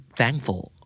thankful